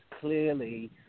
clearly